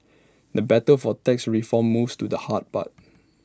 the battle for tax reform moves to the hard part